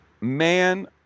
Man